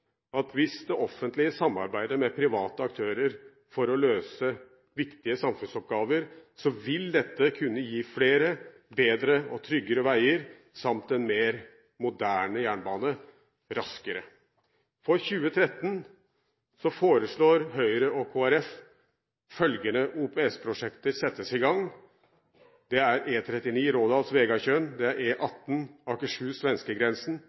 at hvis det offentlige samarbeider med private aktører for å løse viktige samfunnsoppgaver, vil dette kunne gi flere, bedre og tryggere veier samt en mer moderne jernbane – raskere. For 2013 foreslår Høyre og Kristelig Folkeparti at følgende OPS-prosjekter settes i gang: